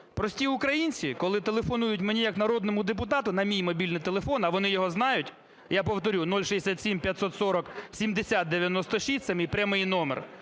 Прості українці, коли телефонують мені як народному депутату на мій мобільний телефон (а вони його знають, я повторю: (067)5407096 – це мій прямий номер),